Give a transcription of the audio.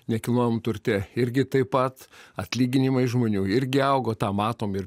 nekilnojamam turte irgi taip pat atlyginimai žmonių irgi augo tą matom ir